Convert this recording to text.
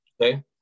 Okay